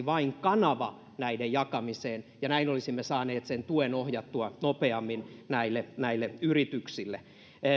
vain kanava näiden jakamiseen ja näin olisimme saaneet sen tuen ohjattua nopeammin näille näille yrityksille